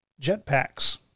jetpacks